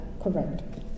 correct